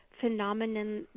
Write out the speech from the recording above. phenomenon